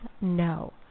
no